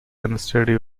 unsteady